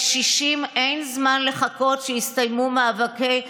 לקשישים אין זמן לחכות שיסתיימו מאבקי האגו,